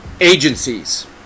agencies